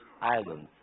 islands